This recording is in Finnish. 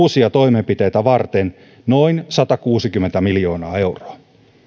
käyttöön uusia toimenpiteitä varten noin satakuusikymmentä miljoonaa euroa